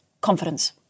confidence